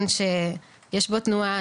שיש בו תנועה,